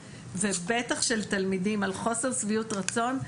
ובטח של תלמידים על חוסר שביעות רצון,